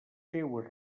seues